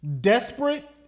Desperate